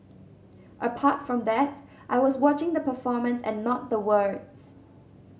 apart from that I was watching the performance and not the words